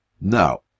Now